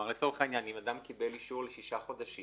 לצורך העניין, אם אדם קיבל אישור לששה חודשים